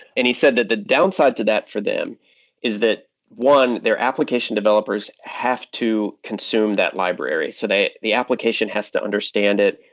and he said that the downside to that for them is that one, their application developers have to consume that library. so the application has to understand it,